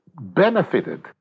benefited